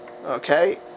Okay